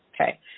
Okay